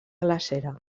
glacera